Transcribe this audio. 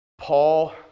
Paul